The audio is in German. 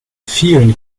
vielen